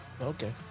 Okay